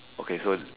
okay so